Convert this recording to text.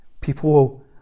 People